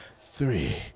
Three